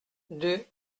deux